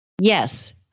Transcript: Yes